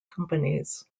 companies